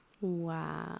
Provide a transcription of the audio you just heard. Wow